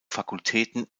fakultäten